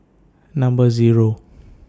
Number Zero